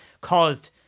caused